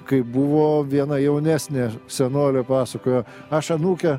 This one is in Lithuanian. kai buvo viena jaunesnė senolė pasakojo aš anūkę